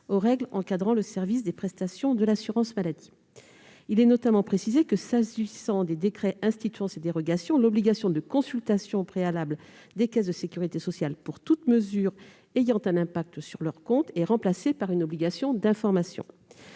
aux règles encadrant le service des prestations de l'assurance maladie. Il est notamment précisé que, s'agissant des décrets instituant ces dérogations, l'obligation de consultation préalable des caisses de sécurité sociale pour toute mesure ayant un impact sur leurs comptes est remplacée par une obligation d'information.